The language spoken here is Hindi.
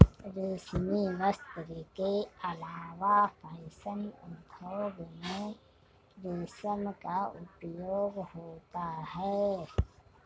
रेशमी वस्त्र के अलावा फैशन उद्योग में रेशम का उपयोग होता है